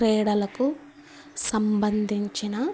క్రీడలకు సంబంధించిన